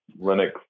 linux